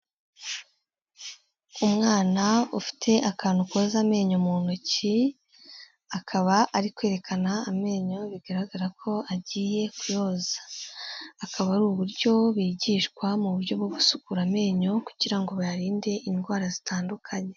Umwana ufite akantu koza amenyo mu ntoki, akaba ari kwerekana amenyo bigaragara ko agiye kuyoza, akaba ari uburyo bigishwa mu buryo bwo gusukura amenyo kugira ngo bayarinde indwara zitandukanye.